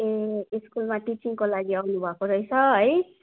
ए स्कुलमा टिचिङको लागि आउनु भएको रहेछ है